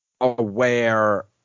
aware